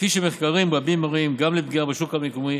וכפי שמחקרים רבים מראים, גם לפגיעה בשוק המקומי